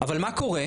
אבל מה קורה?